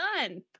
done